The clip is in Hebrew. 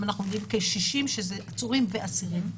אנחנו עומדים על כ-60 עצורים ואסירים.